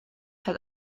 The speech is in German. hat